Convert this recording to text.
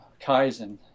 Kaizen